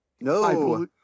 No